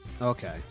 Okay